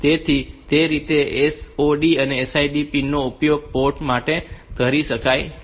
તેથી તે રીતે આ SOD અને SID પિન નો ઉપયોગ પોર્ટ તરીકે થાય છે